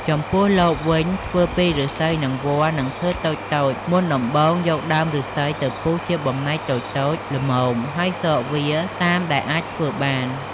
ចំំពោះលបវិញធ្វើពីឫស្សីនិងវល្លិ៍និងឈើតូចៗមុនដំបូងយកដើមឬស្សីទៅពុះជាបំណែកតូចៗល្នមហើយសកវាតាមដែលអាចធ្វើបាន។